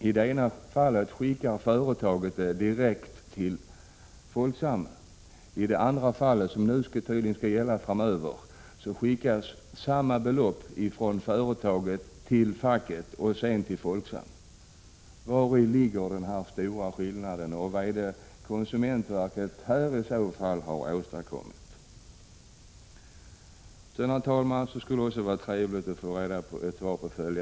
I det ena fallet skickar företaget beloppet direkt till Folksam, i det andra fallet — som nu tydligen skall gälla framöver — skickar företaget beloppet till facket, som sedan skickar det till Folksam. Vari ligger den stora skillnaden? Vad är det konsumentverket har åstadkommit? Sedan, herr talman, skulle det vara trevligt att få svar på följande fråga.